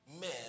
men